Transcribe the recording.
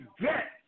get